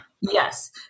Yes